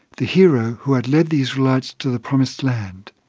the hero who had led the israelites to the promised land.